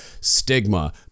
stigma